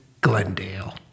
Glendale